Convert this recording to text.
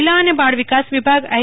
મહિલા અને બાળ વિકાસ વિભાગ આઈ